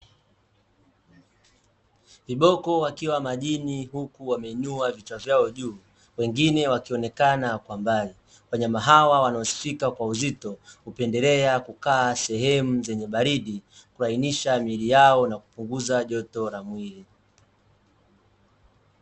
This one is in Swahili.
Viboko wakiwa majini huku wameinua vichwa vyao juu wengine wakionekana kwa mbali. Wanyama hawa wanaosifika kwa uzito hupendelea kukaa sehemu zenye baridi kulainisha miili yao na kupunguza joto la mwili.